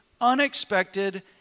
unexpected